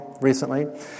recently